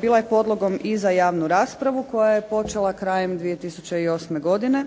bila je podlogom i za javnu raspravu koja je počela krajem 2008. godine